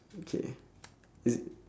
okay is it